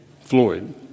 Floyd